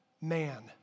man